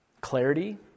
clarity